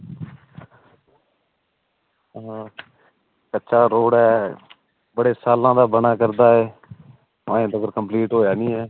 आं कच्चा रोड़ ऐ बड़े सालां बाद बना करदा ऐ ऐहीं तगर कंप्लीट होया निं ऐ